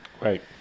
Right